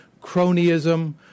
cronyism